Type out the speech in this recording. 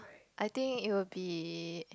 I think it will be